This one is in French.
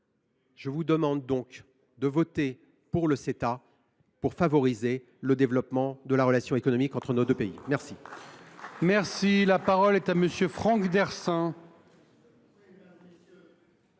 Je vous demande donc de voter pour le Ceta pour favoriser le développement des relations économiques entre nos deux pays. Très